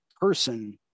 person